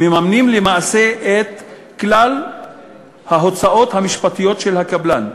מממנים למעשה את כלל ההוצאות המשפטיות של הקבלן,